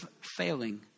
failing